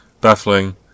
Baffling